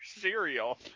cereal